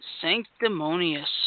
Sanctimonious